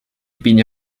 pinya